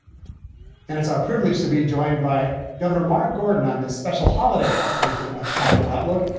and it's our privilege to be joined by governor mark gordon on this special holiday version of capitol outlook.